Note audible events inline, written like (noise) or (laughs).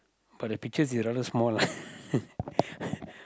but the picture is rather small lah (laughs)